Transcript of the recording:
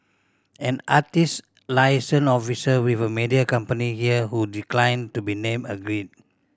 an artist liaison officer with a media company here who declined to be named agreed